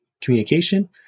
communication